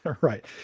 Right